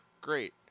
great